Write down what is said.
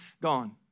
gone